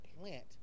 plant